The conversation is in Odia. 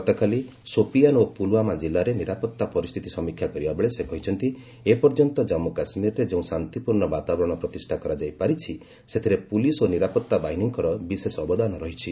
ଗତକାଲି ସୋପିଆନ୍ ଓ ପୁଲ୍ୱାମା କିଲ୍ଲାରେ ନିରାପତ୍ତା ପରିସ୍ଥିତି ସମୀକ୍ଷା କରିବାବେଳେ ସେ କହିଛନ୍ତି ଏପର୍ଯ୍ୟନ୍ତ ଜନ୍ମୁ କାଶ୍ମୀରରେ ଯେଉଁ ଶାନ୍ତିପୂର୍ଣ୍ଣ ବାତାବରଣ ପ୍ରତିଷା କରାଯାଇପାରିଛି ସେଥିରେ ପୁଲିସ୍ ଓ ନରାପତ୍ତା ବାହିନୀଙ୍କର ବିଶେଷ ଅବଦାନ ରହିଛି